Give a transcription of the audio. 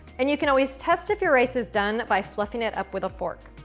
and you can always test if your rice is done by fluffing it up with a fork.